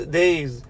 days